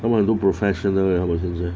他们很多 professional 的 leh 他们现在